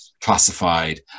classified